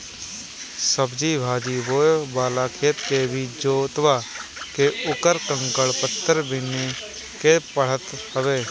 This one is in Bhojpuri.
सब्जी भाजी बोए वाला खेत के भी जोतवा के उकर कंकड़ पत्थर बिने के पड़त हवे